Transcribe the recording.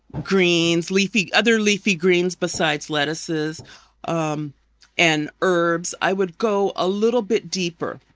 greens, leafy other leafy greens besides lettuces um and herbs, i would go a little bit deeper.